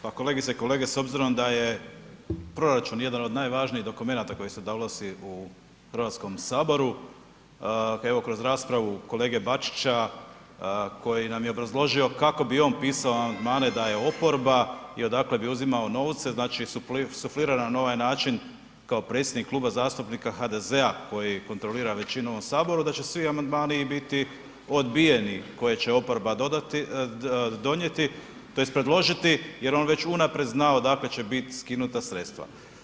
Pa kolegice i kolege s obzirom da je proračun jedan od najvažnijih dokumenata koji se donosi u Hrvatskom saboru evo kroz raspravu kolege Bačića koji nam je obrazložio kako bi on pisao amandmane da je oporba i odakle bi uzimao novce, znači suflirao je ovaj način kao predsjednik Kluba zastupnika HDZ-a koji kontrolira većinu u ovom saboru da će svi amandmani biti odbijeni koje će oporba dodati, donijeti tj. predložiti jer on već unaprijed zna odakle će biti skinuta sredstva.